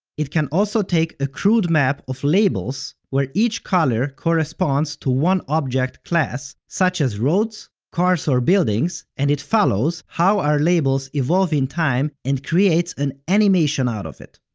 it can also take a crude map of labels, where each color corresponds to one object class, such as roads, cars or buildings, and it follows how our labels evolve in time and creates an animation out of it.